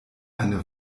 eine